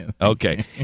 Okay